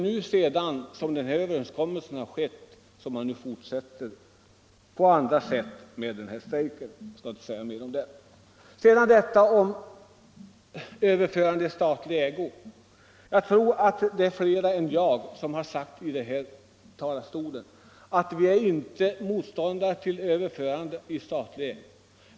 Efter det att överenskommelsen träffades har alltså den här strejken brutit ut. Sedan detta om överförande i statlig ägo. Jag tror att flera än jag har sagt från denna talarstol att vi inte är motståndare härtill.